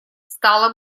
стало